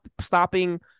stopping